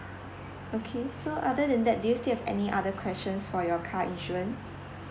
okay so other than that do you still have any other questions for your car insurance